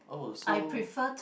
oh so